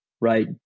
right